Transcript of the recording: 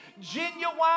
genuine